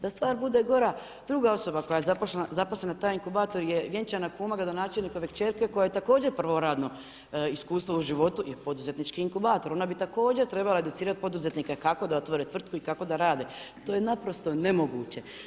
Da stvar bude gora, druga osoba koja je zaposlena u taj inkubator je vjenčana kuna gradonačelnikove kćerke kojoj je također prvo radno iskustvo u životu je poduzetnički inkubator, ona bi također trebala educirati poduzetnike kako da otvore tvrtku i kako da rade, to je naprosto nemoguće.